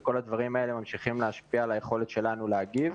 כל הדברים האלה ממשיכים להשפיע על היכולת שלנו להגיב.